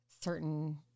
certain